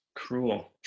Cruel